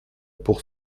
pour